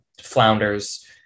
flounders